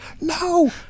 No